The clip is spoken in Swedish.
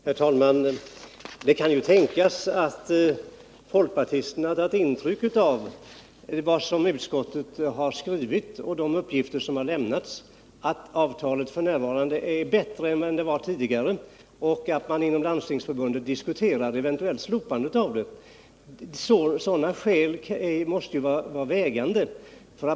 Herr talman! Det kan ju tänkas att folkpartisterna tagit intryck av vad utskottet har skrivit. De uppgifter som har lämnats visar att utomlänsavtalet är bättre f. n. än det var tidigare, och inom Landstingstörbundet diskuteras ett eventuellt slopande av det. Sådana skäl måste vara vägande.